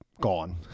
gone